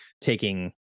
taking